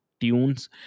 tunes